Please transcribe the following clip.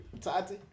Tati